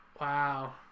Wow